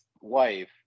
wife